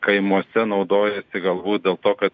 kaimuose naudojasi gal dėl to kad